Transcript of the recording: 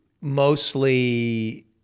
Mostly